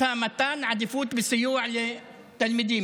מתן עדיפות בסיוע לתלמידים?